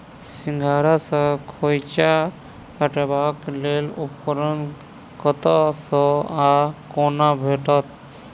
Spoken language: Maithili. सिंघाड़ा सऽ खोइंचा हटेबाक लेल उपकरण कतह सऽ आ कोना भेटत?